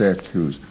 statues